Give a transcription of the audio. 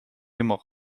humor